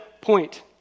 point